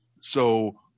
So-